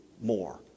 more